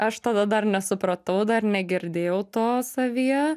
aš tada dar nesupratau dar negirdėjau to savyje